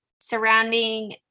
surrounding